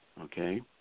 okay